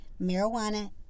Marijuana